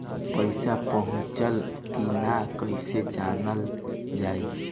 पैसा पहुचल की न कैसे जानल जाइ?